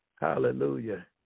Hallelujah